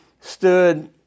stood